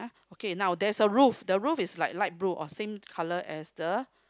okay now there is a roof the roof is like light blue or same color as the